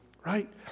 right